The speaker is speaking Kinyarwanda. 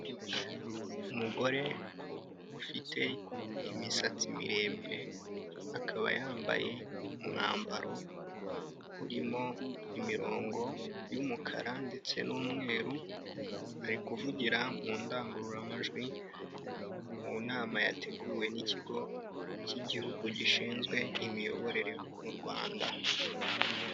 Umugore ufite imisatsi miremire, akaba yambaye umwambaro urimo imirongo y'umukara, ndetse n'umweru, ari kuvugira mu ndangururamajwi mu nama yateguwe n'ikigo cy'igihugu gishinzwe imiyoborere mu rwanda.